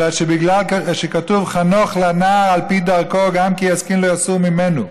אלא שבגלל שכתוב "חנֹך לנער על פי דרכו גם כי יזקין לא יסור ממנה".